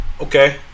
Okay